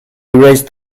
erased